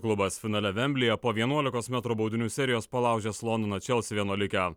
klubas finale vemblyje po vienuolikos metrų baudinių serijos palaužęs londono čelsi vienuolikę